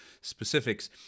specifics